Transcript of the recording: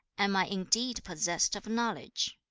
am i indeed possessed of knowledge?